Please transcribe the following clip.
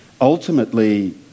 Ultimately